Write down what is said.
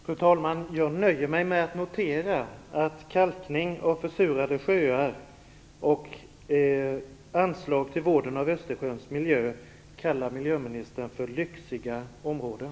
Fru talman! Jag nöjer mig med att notera att kalkning av försurade sjöar samt anslag till vården av Östersjöns miljö av miljöministern kallas för lyxiga områden.